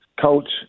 coach